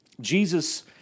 Jesus